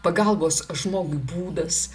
pagalbos žmogui būdas